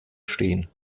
stehen